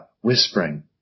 whispering